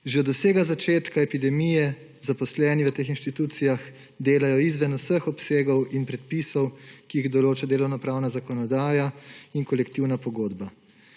Že od vsega začetka epidemije zaposleni v teh inštitucijah delajo izven vseh obsegov in predpisov, ki jih določa delovnopravna zakonodaja in kolektivna pogodba.